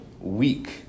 week